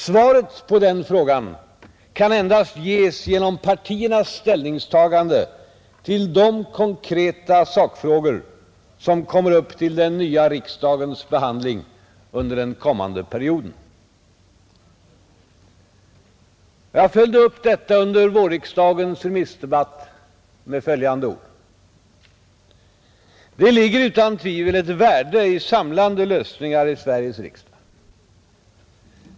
Svaret på den frågan kan endast ges genom partiernas ställningstaganden till de konkreta sakfrågor, som kommer upp till den nya riksdagens behandling under den kommande perioden.” Jag följde upp detta under vårriksdagens remissdebatt med följande ord: ”Det ligger utan tvivel ett värde i samlande lösningar i Sveriges riksdag.